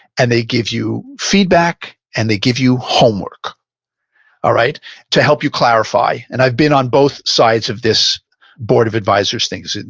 and they give you feedback, and they give you homework ah to help you clarify. and i've been on both sides of this board of advisors thing.